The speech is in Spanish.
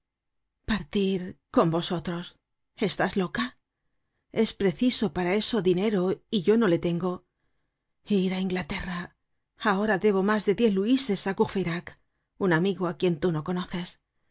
partir con vosotros estás loca es preciso para eso dinero y yo no le tengo ir á inglaterra ahora debo mas de diez luises á courfeyrac un amigo á quien tú no conoces